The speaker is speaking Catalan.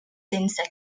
sense